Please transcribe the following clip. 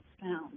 found